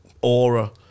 aura